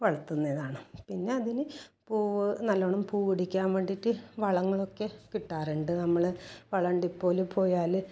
വളർത്തുന്ന ഇതാണ് പിന്നെ അതിന് പൂവ് നല്ലവണ്ണം പൂവ് ഇടിക്കാൻ വേണ്ടിയിട്ട് വളങ്ങളൊക്കെ കിട്ടാറുണ്ട് നമ്മൾ വളം ഡിപ്പോയിൽ പോയാൽ